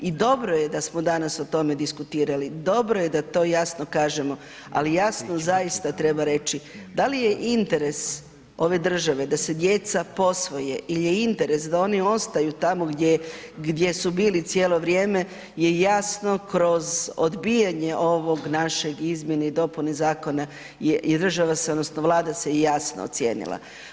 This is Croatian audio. I dobro je da smo danas o tome diskutirali, dobro je da to jasno kažemo, ali jasno zaista treba reći, da li je interes ove države da se djeca posvoje il je interes da oni ostaju tamo gdje, gdje su bili cijelo vrijeme, je jasno kroz odbijanje ovog našeg izmjene i dopune zakona i država se odnosno Vlada se jasno ocijenila.